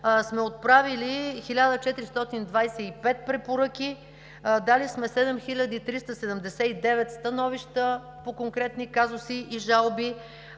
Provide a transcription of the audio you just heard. сме отправили 1425 препоръки, дали сме 7379 становища по конкретни казуси и жалби,